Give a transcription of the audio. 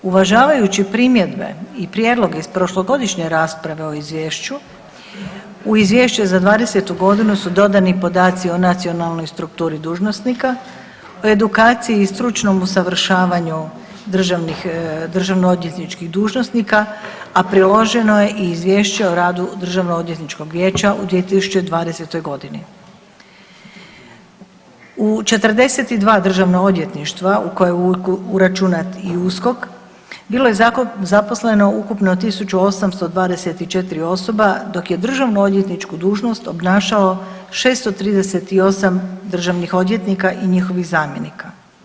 Uvažavajući primjedbe i prijedloge iz prošlogodišnje rasprave o izvješću u izvješće za '20.-tu godinu su dodani podaci o nacionalnoj strukturi dužnosnika, o edukciji i stručnom usavršavanju državno odvjetničkih dužnosnika, a priloženo je i izvješće o radu Državno odvjetničkog vijeća u 2020.g. U 42 državna odvjetništva u koje je uračunat i USKOK bilo je zaposleno ukupno 1824 osoba dok je državno odvjetničku dužnost obnašalo 638 državnih odvjetnika i njihovih zamjenika.